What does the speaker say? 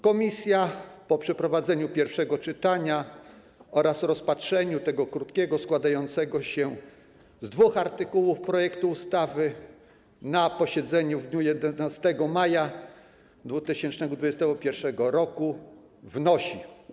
Komisja po przeprowadzeniu pierwszego czytania oraz rozpatrzeniu tego krótkiego, składającego się z dwóch artykułów projektu ustawy na posiedzeniu w dniu 11 maja 2021 r. wnosi: